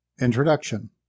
Introduction